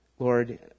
Lord